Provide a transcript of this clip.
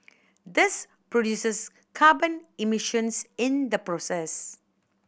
this produces carbon emissions in the process